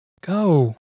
Go